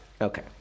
Okay